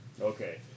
Okay